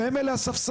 שהם אלה הספסרים.